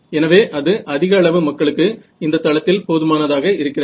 எனவே அது அதிக அளவு மக்களுக்கு இந்தத் தளத்தில் போதுமானதாக இருக்கிறது